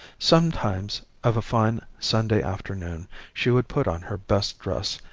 sometimes of a fine sunday afternoon she would put on her best dress,